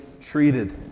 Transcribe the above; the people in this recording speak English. treated